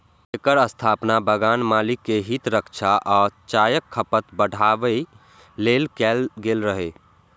एकर स्थापना बगान मालिक के हित रक्षा आ चायक खपत बढ़ाबै लेल कैल गेल रहै